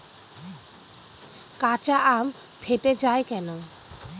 কাঁচা আম ফেটে য়ায় কেন?